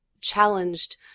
challenged